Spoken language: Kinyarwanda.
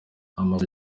amazu